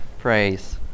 praise